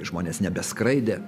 žmonės nebeskraidė